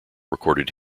recorded